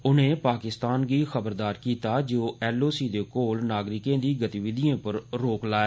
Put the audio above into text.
उनें पाकिस्तान गी खबरदार कीता जे ओ एलओसी कोल नागरिकें दी गतिविधिएं पर रोक लाए